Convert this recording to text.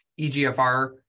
EGFR